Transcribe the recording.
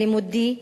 לימודי,